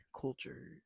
culture